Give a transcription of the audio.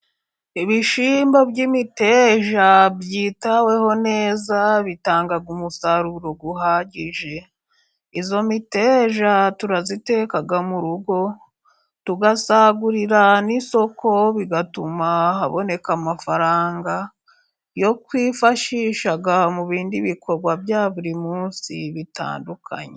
Ibishyimbo by'imiteja byitaweho neza bitanga umusaruro uhagije, iyo miteja turayiteka mu rugo, tugasagurira n'isoko bigatuma haboneka amafaranga yo kwifashisha mu bindi bikorwa bya buri munsi bitandukanye.